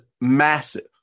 massive